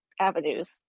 avenues